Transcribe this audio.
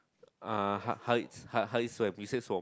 uh how how how you swam he say swum